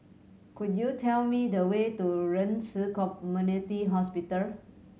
could you tell me the way to Ren Ci Community Hospital